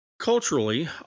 Culturally